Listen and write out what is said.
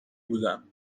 بودم